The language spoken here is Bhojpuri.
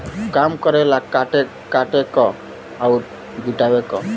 काम करेला काटे क अउर जुटावे क